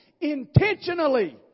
intentionally